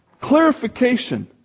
Clarification